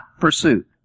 pursuit